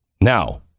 Now